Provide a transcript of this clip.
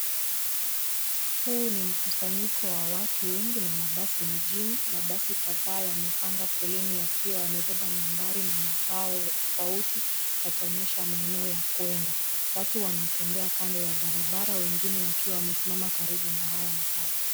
Huu ni mkusanyiko wa watu wengi na mabasi mjini. Mabasi kadhaa yamepanga foleni yakiwa yamebeba nambari na mabao tofauti yakionyesha maeneo ya kuenda. Watu wanatembea kando ya barabara wengine wakiwa wamesimama kando ya mabasi.